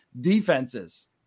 defenses